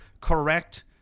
Correct